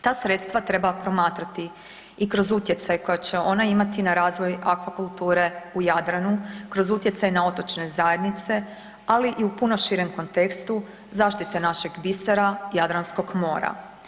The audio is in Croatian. Ta sredstva treba promatrati i kroz utjecaj koja će ona imati i na razvoj akvakulture u Jadranu kroz utjecaj na otočne zajednice, ali i u puno širem kontekstu zaštite našeg bisera Jadranskog mora.